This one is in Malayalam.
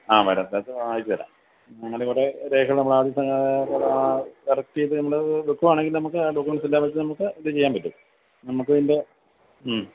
ആ തരാം തരാം അയച്ചു തരാം അങ്ങനെ ഇവിടെ രേഖകൾ നമ്മൾ ആദ്യം കറക്റ്റ് ചെയ്ത് നമ്മൾ വെക്കുവാണെങ്കിൽ നമുക്ക് ആ ഡോക്യുമെൻസ് എല്ലാം വെച്ച് നമുക്ക് ഇത് ചെയ്യാൻ പറ്റും നമുക്ക് ഇതിൻ്റെ മ്മ്